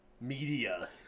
media